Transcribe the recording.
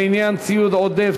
לעניין ציוד עודף,